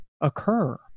occur